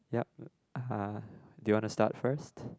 yup uh do you want to start first